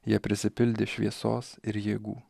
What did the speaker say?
jie prisipildė šviesos ir jėgų